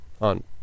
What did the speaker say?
on